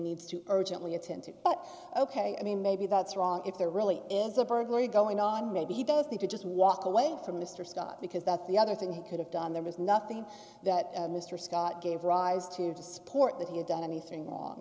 needs to urgently attend to but ok i mean maybe that's wrong if there really is a burglary going on maybe he does need to just walk away from mr scott because that's the other thing he could have done there was nothing that mr scott gave rise to to support that he had done anything wrong